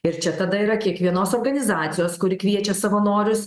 ir čia tada yra kiekvienos organizacijos kuri kviečia savanorius